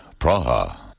Praha